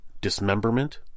dismemberment